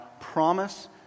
promise